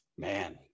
Man